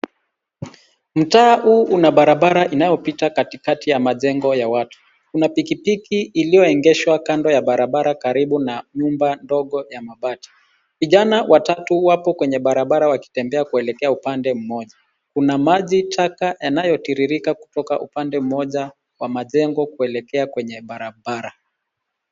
Mtaa huu una barabara inayopita kati kati ya majengo ya watu, kuna pikipiki ilioegeshwa kando ya barabara karibu na nyumba ndogo ya mabati. Vijana watatu wako kwenye barabara wakitembea kuelekea upande mmoja, kuna maji chaka yanayotiririka kutoka upande mmoja wa majengo kuelekea kwenye barabara.